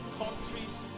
countries